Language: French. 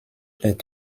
est